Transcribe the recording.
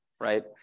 right